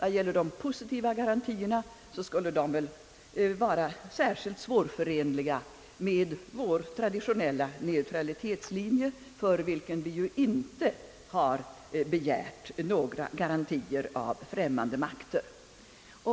Särskilt de positiva garantierna skulle vara svårförenliga med vår traditionella neutralitetslinje, för vilken vi ju inte har begärt några garantier av främmande makter.